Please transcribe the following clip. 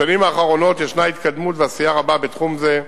בשנים האחרונות יש התקדמות ועשייה רבה בתחום זה.